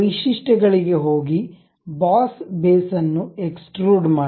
ವೈಶಿಷ್ಟ್ಯಗಳಿಗೆ ಹೋಗಿ boss base ಅನ್ನು ಎಕ್ಸ್ಟ್ರುಡ್ ಮಾಡಿ